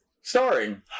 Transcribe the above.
Starring